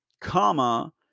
comma